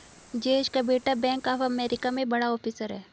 जयेश का बेटा bank of America में बड़ा ऑफिसर है